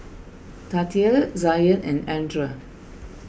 Tatia Zion and andra